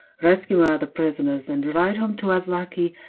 rescue all the prisoners and ride home to azlaki,